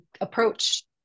approach